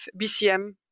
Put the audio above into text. BCM